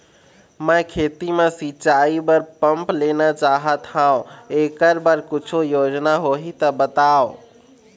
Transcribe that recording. मैं खेती म सिचाई बर पंप लेना चाहत हाव, एकर बर कुछू योजना होही त बताव?